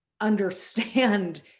understand